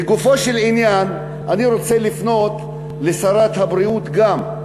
לגופו של עניין, אני רוצה לפנות לשרת הבריאות גם,